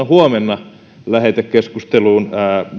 huomenna lähetekeskusteluun